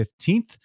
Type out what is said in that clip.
15th